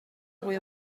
fwy